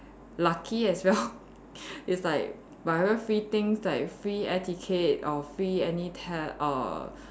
lucky as well it's like whatever free things like free air ticket or free any tab err